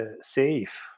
safe